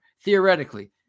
theoretically